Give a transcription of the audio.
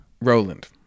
Roland